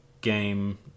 game